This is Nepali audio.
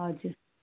हजुर